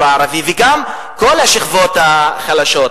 הערבי וגם כלפי כל השכבות החלשות.